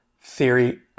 theory